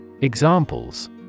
Examples